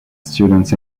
students